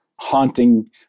haunting